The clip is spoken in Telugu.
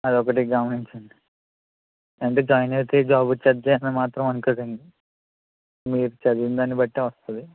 అదొకటి గమనించండి అంటే జాయిన్ అయితే జాబ్ వచ్చేస్తుంది అని మాత్రం అనుకోకండి మీరు చదివిన దాన్ని బట్టే వస్తుంది